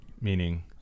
meaning